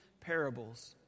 parables